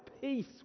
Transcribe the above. peace